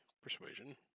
persuasion